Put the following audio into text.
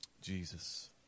Jesus